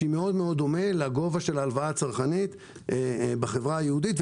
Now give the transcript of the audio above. שדומה מאוד לגובה של ההלוואה הצרכנית בחברה היהודית,